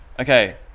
Okay